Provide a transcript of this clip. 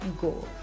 go